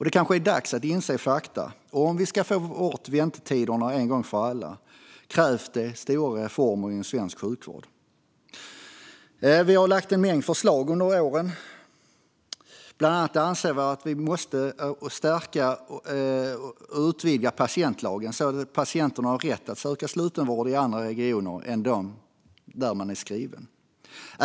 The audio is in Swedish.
Det kanske är dags att inse fakta: Om vi ska få bort väntetiderna en gång för alla krävs det stora reformer inom svensk sjukvård. Vi har lagt fram en mängd förslag under åren. Bland annat anser vi att vi måste stärka och utvidga patientlagen, så att patienterna har rätt att söka slutenvård i andra regioner än dem där de är skrivna.